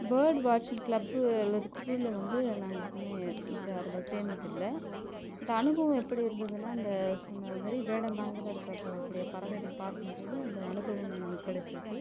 bird வாட்சிங் club அல்லது குழுவில் வந்து நாங்கள் எப்போவுமே இது அதில் சேர்ந்தது இல்லை இந்த அனுபவம் எப்படி இருந்ததுன்னா இந்த சொன்ன மாதிரி வேடந்தாங்கலை இருக்கறகூடிய பறவைகள் பார்க்கும் போது அந்த அனுபவம் கிடைச்சுருக்கு